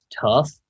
tough